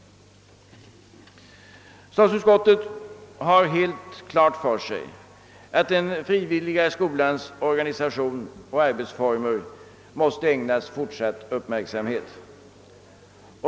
Statsutskottet har helt klart för sig att den frivilliga skolans organisation och arbetsformer måste ägnas fortsatt uppmärksamhet.